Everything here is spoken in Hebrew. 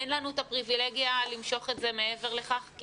אין לנו את הפריבילגיה למשוך את זה מעבר לכך כי